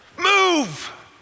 move